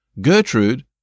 Gertrude